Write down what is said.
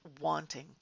wanting